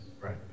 right